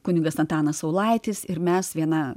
kunigas antanas saulaitis ir mes vieną